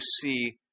see